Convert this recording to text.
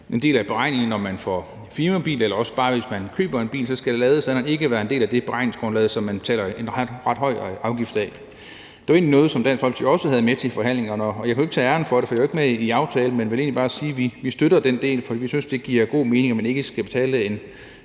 en del af beregningen, når man får firmabil, og hvis man bare køber en bil, skal ladestanderen ikke være en del af det beregningsgrundlag, som vi betaler en ret høj afgift af. Det var egentlig noget, som Dansk Folkeparti også havde med til forhandlingerne, og jeg kan ikke tage æren for det, for jeg var jo ikke med i aftalen, men vil egentlig bare sige, at vi støtter den del, for vi synes, det giver god mening, at man ikke skal betale en